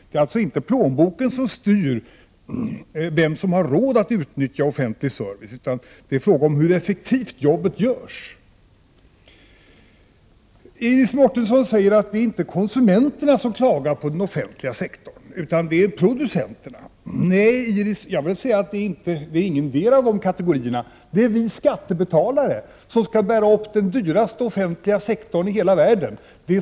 Det är alltså inte fråga om att låta plånboken styra vem som har råd att utnyttja offentlig service, utan det är fråga om hur effektivt arbetet görs. Iris Mårtensson säger att det inte är konsumenterna som klagar på den offentliga sektorn utan producenterna. Nej, jag vill påstå att det inte är någondera av dessa utan det är vi skattebetalare, som skall bära upp den dyraste offentliga sektorn i hela världen.